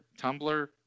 Tumblr